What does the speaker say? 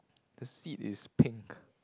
the seat is pink